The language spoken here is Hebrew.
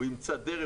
הוא ימצא דרך,